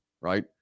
Right